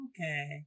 okay